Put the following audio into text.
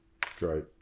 Great